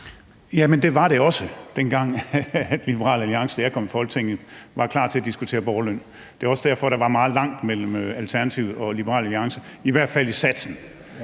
var det også, dengang Liberal Alliance og jeg kom i Folketinget og var klar til at diskutere borgerløn. Det er også derfor, der var meget langt mellem Alternativet og Liberal Alliance, i hvert fald i satsen.